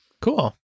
Cool